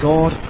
God